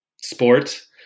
sport